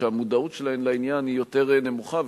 שהמודעות שלהן לעניין היא יותר נמוכה.